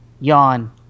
yawn